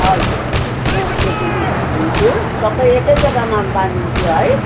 हजुर हजुर म त्यति चाहिँ हालिदिन्छु सबै एकै जग्गामा बाँधिदिन्छु है